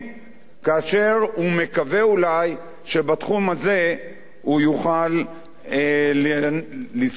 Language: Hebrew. כאשר הוא מקווה אולי שבתחום הזה הוא יוכל לזכות בקולות,